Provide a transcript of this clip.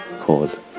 called